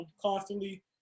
constantly